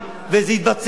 וזה יתבצע,